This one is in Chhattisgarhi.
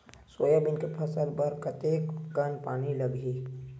सोयाबीन के फसल बर कतेक कन पानी लगही?